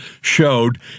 showed